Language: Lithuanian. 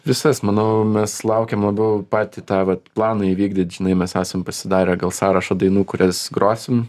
visas manau mes laukiam labiau patį tą vat planą įvykdyt žinai mes esam pasidarę gal sąrašą dainų kurias grosim